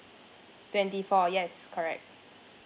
twenty four yes correct